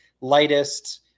lightest